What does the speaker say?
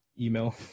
email